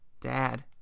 Dad